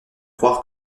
croire